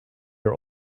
your